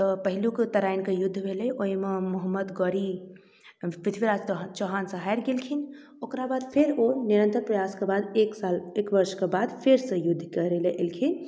तऽ पहिलुक तराइनके युद्ध भेलै ओइमे मुहम्मद गोरी पृथ्वीराज चौहानसँ हारि गेलखिन ओकरा बाद फेर ओ निरन्तर प्रयासके बाद एक साल एक वर्षके बाद फेरसँ युद्ध करैलए अयलखिन